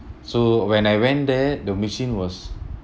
so when I went there the machine was